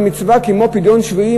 על מצווה כמו פדיון שבויים,